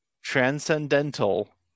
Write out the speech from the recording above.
transcendental